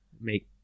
Make